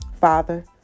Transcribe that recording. Father